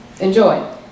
enjoy